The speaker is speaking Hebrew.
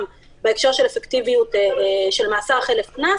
בהקשר של אפקטיביות של מאסר חלף קנס.